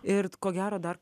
ir ko gero dar